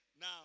Now